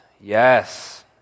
Yes